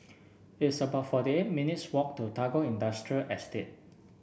it's about forty eight minutes' walk to Tagore Industrial Estate